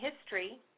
history